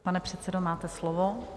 Pane předsedo, máte slovo.